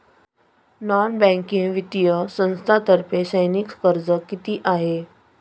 Non banking वित्तीय संस्थांतर्फे शैक्षणिक कर्ज किती आहे?